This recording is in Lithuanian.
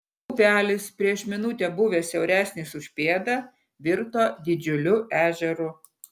upelis prieš minutę buvęs siauresnis už pėdą virto didžiuliu ežeru